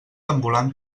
ambulant